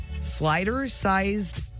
slider-sized